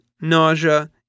nausea